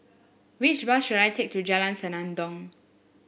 which bus should I take to Jalan Senandong